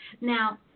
Now